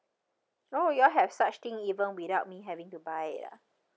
oh you all have such thing even without me having to buy it ah